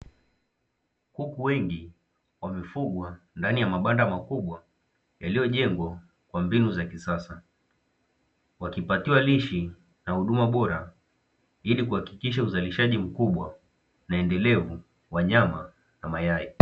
Kuku wengi wamefugwa ndani ya mabanda makubwa, yaliyojengwa kwa mbinu za kisasa, wakipatiwa lishe na huduma bora ili kuhakikisha uzalishaji mkubwa na endelevu wa nyama na mayai.